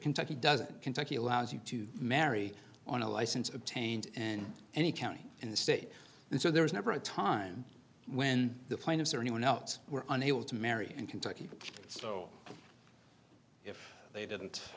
kentucky does kentucky allows you to marry on a license obtained and any county in the state and so there was never a time when the plaintiffs or anyone else were unable to marry in kentucky so if they didn't